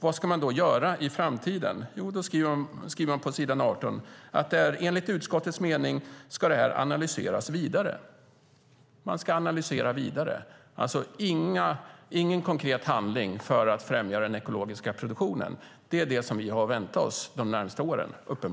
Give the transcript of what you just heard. Vad ska man då göra i framtiden? Jo, man skriver på s. 18 att enligt utskottets mening ska det här analyseras vidare. Man ska analysera vidare. Det är alltså ingen konkret handling för att främja den ekologiska produktionen. Det är uppenbarligen det som vi har att vänta oss de närmaste åren.